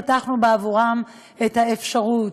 פתחנו בעבורם את האפשרות.